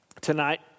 tonight